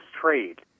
trade